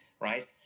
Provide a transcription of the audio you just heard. right